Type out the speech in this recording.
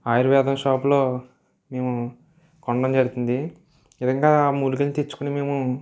ఆయుర్వేదం షాప్లో మేము కొనడం జరుగుతుంది ఈ విధంగా మూలికలు తెచ్చుకుని మేము